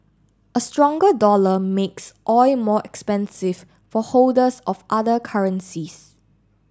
a stronger dollar makes oil more expensive for holders of other currencies